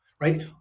right